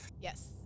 Yes